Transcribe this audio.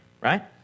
right